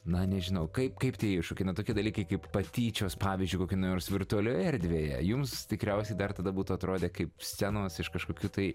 na nežinau kaip kaip tie iššūkiai tokie dalykai kaip patyčios pavyzdžiui kokioje nors virtualioje erdvėje jums tikriausiai dar tada būtų atrodę kaip scenos iš kažkokių tai